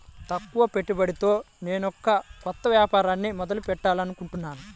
తక్కువ పెట్టుబడితో నేనొక కొత్త వ్యాపారాన్ని మొదలు పెట్టాలనుకుంటున్నాను